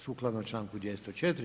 Sukladno članku 204.